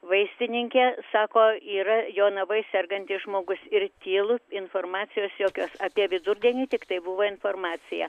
vaistininkė sako yra jonavoj sergantis žmogus ir tylu informacijos jokios apie vidurdienį tiktai buvo informacija